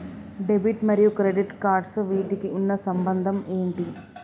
Debit మరియు credit cards వీటికి ఉన్న సంబంధం ఏంటి?